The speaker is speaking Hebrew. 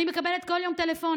אני מקבלת כל יום טלפונים.